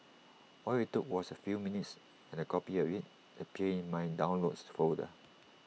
all IT took was A few minutes and A copy of IT appeared in my downloads folder